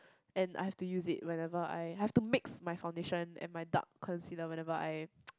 and I have to use it whenever I have to mix my foundation and my dark concealer whenever I